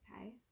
Okay